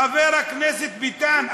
חבר הכנסת ביטן,